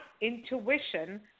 intuition